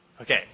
Okay